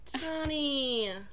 Johnny